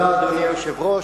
אדוני היושב-ראש,